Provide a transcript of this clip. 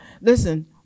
listen